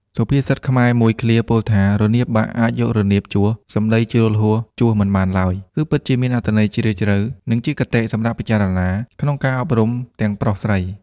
សុភាសិតខ្មែរមួយឃ្លាពោលថា រនាបបាក់អាចយករនាបជួស សំដីជ្រុលជ្រួសជួសមិនបានឡើយ គឺពិតជាមានអត្ថន័យជ្រាលជ្រៅ និងជាគតិសម្រាប់ពិចារណាក្នុងការអប់រំទាំងប្រុសស្រី ។